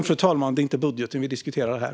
Fru talman! Det är inte budgeten vi diskuterar här.